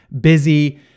busy